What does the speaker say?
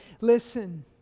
Listen